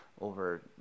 over